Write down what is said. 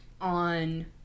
on